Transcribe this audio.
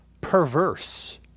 perverse